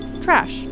Trash